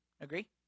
Agree